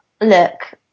look